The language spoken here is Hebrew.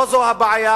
לא זו הבעיה,